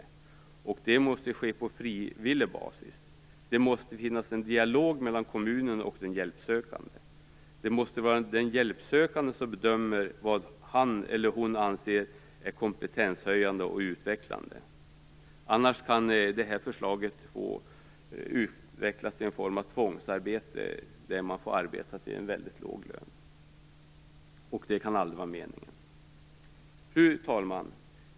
Det måste ske på frivillig basis. Det måste finnas en dialog mellan kommunen och den hjälpsökande. Det måste vara den hjälpsökande som bedömer vad han eller hon anser är kompetenshöjande och utvecklande. Annars kan det här förslaget få utvecklas till en form av tvångsarbete, där man får arbeta till en väldigt låg lön. Det kan aldrig vara meningen. Fru talman!